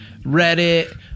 Reddit